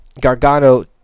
Gargano